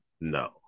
No